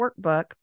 workbook